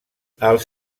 els